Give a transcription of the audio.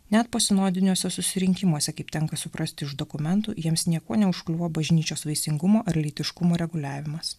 net po sinodinėse susirinkimuose kaip tenka suprasti iš dokumentų jiems niekuo neužkliuvo bažnyčios vaisingumo ar lytiškumu reguliavimas